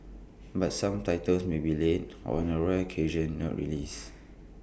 but some titles may be late or on A rare occasion not released